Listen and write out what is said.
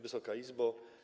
Wysoka Izbo!